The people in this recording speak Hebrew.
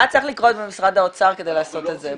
מה צריך לקרות במשרד האוצר כדי לעשות את זה?